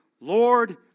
Lord